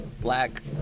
black